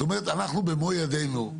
זאת אומרת אנחנו במו ידינו,